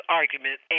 argument